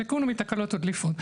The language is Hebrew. הסיכון הוא מתקלות ודליפות.